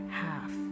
half